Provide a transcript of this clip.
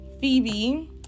Phoebe